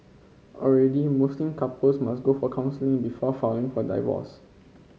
already Muslim couples must go for counselling before for divorce